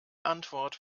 antwort